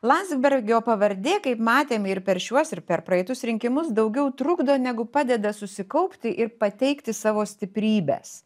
landsbergio pavardė kaip matėme ir per šiuos ir per praeitus rinkimus daugiau trukdo negu padeda susikaupti ir pateikti savo stiprybes